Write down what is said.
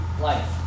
life